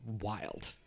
wild